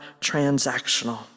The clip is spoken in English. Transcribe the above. transactional